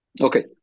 Okay